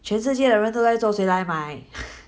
全世界的人都在做谁来买